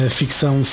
ficção